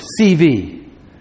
CV